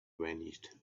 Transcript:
vanished